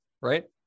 right